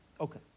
Okay